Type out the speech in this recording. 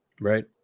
right